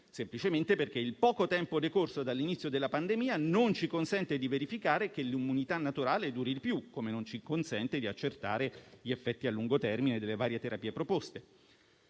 Semplicemente perché il poco tempo decorso dall'inizio della pandemia non ci consente di verificare che l'immunità naturale duri di più, così come di accertare gli effetti a lungo termine delle varie terapie proposte.